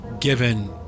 given